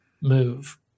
move